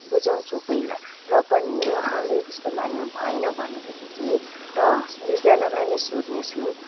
बुझाउँछु पहिला र पनि उहाँले त्यस्तो मान्नु भएन भनेदेखि चाहिँ र दुईजानालाई नै सोध्नेछु